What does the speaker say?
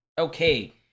okay